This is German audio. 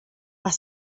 was